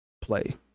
play